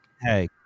Hey